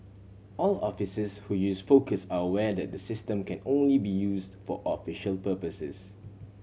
all officers who use Focus are aware that the system can only be used for official purposes